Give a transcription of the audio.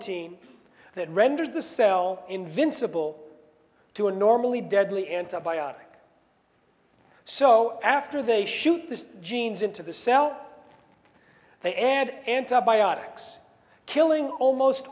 n that renders the cell invincible to a normally deadly antibiotic so after they shoot the genes into the cell they and antibiotics killing almost